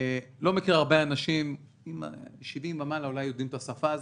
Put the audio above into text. אני לא מכיר הרבה אנשים 70 ומעלה אולי יודעים את השפה הזאת,